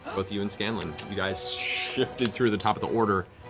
both you and scanlan. you guys shifted through the top of the order.